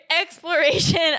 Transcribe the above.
exploration